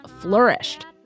flourished